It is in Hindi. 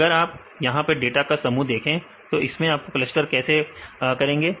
तो अगर आप यहां डाटा का समूह देखें तो इसको क्लस्टर कैसे करेंगे